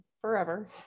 forever